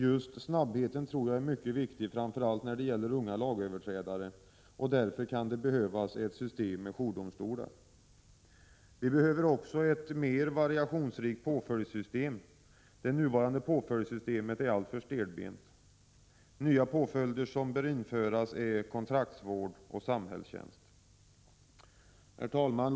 Just snabbheten tror jag är mycket viktig framför allt när det gäller unga lagöverträdare, och därför kan det behövas ett system med jourdomstolar. Det behövs också ett mer variationsrikt påföljdssystem. Det nuvarande påföljdssystemet är alltför stelbent. Nya påföljder som bör införas är kontraktsvård och samhällstjänst. Herr talman!